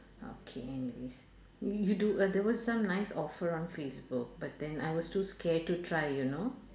okay anyways you do uh there was some nice offer on facebook but then I was too scared to try you know